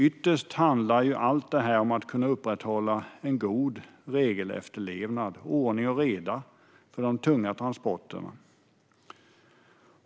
Ytterst handlar allt detta ju om att kunna upprätthålla en god regelefterlevnad, ordning och reda för de tunga godstransporterna.